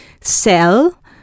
sell